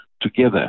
together